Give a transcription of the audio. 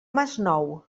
masnou